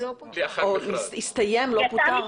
או הסתיים, לא פוטר?